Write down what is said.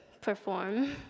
perform